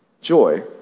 joy